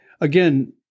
again